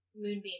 Moonbeam